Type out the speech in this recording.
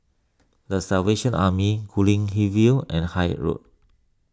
the Salvation Army Guilin View and Haig Road